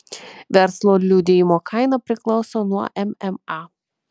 verslo liudijimo kaina priklauso nuo mma